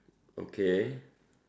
okay